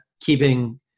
keeping